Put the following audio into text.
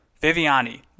Viviani